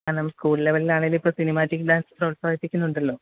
കാരണം സ്കൂൾ ലെവെലിലാണേലും ഇപ്പം സിനിമാറ്റിക് ഡാൻസ് പ്രോത്സാഹിപ്പിക്കുന്നുണ്ടല്ലോ